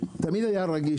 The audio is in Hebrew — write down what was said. תמיד היה רגיש,